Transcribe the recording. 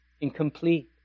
incomplete